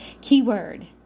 Keyword